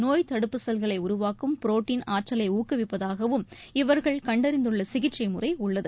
நோயத்தடுப்பு செல்களை உருவாக்கும் புரோட்டின் ஆற்றலை ஊக்குவிப்பதாகவும் இவர்கள் கண்டறிந்துள்ள சிகிச்சை முறை உள்ளது